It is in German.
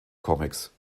comics